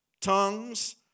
tongues